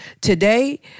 Today